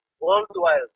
worldwide